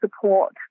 support